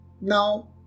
Now